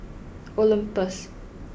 Olympus